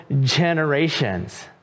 generations